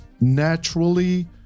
naturally